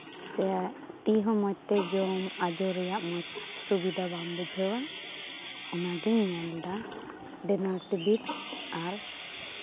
ᱥᱮ ᱛᱤ ᱦᱚᱸ ᱢᱚᱡᱽ ᱛᱮ ᱡᱚᱢ ᱟᱡᱚ ᱨᱮᱭᱟᱜ ᱥᱩᱵᱤᱫᱷᱟ ᱵᱟᱢ ᱵᱩᱡᱷᱟᱹᱣᱟ ᱚᱱᱟᱜᱤᱧ ᱧᱮᱱᱫᱟ ᱰᱤᱱᱟᱨ ᱴᱤᱵᱤᱞ ᱟᱨ